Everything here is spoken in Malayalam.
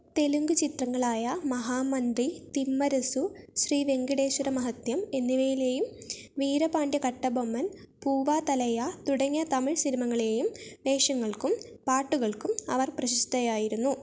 തെലുങ്ക് ചിത്രങ്ങളായ മഹാമന്ത്രി തിമ്മരസു ശ്രീ വെങ്കിടേശ്വര മഹത്യം എന്നിവയിലെയും വീരപാണ്ഡ്യ കട്ടബൊമ്മൻ പൂവാ തലൈയാ തുടങ്ങിയ തമിഴ് സിനിമകളിലെയും വേഷങ്ങൾക്കും പാട്ടുകൾക്കും അവർ പ്രശസ്തയായിരുന്നു